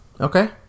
Okay